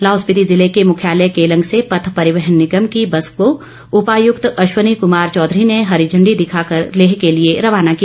लाहौल स्पिति जिले के मुख्यालय केलंग से पथ परिवहन निगम की बस को उपायुक्त अश्वनी कुमार चौधरी ने हरी झंडी दिखाकर लेह के लिए रवाना किया